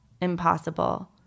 impossible